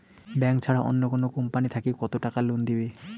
Bank ছাড়া অন্য কোনো কোম্পানি থাকি কত টাকা লোন দিবে?